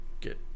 get